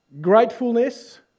Gratefulness